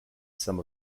some